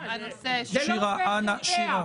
זה לא פייר כלפיה.